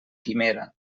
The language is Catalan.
quimera